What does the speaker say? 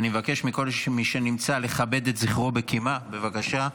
אני מבקש מכל מי שנמצא לכבד את זכרו בקימה, בבקשה.